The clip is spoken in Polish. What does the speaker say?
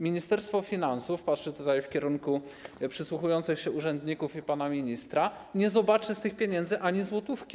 Ministerstwo Finansów - patrzę tutaj w kierunku przysłuchujących się urzędników i pana ministra - nie zobaczy z tych pieniędzy ani złotówki.